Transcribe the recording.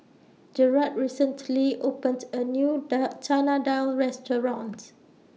Jerad recently opened A New Dal Chana Dal restaurants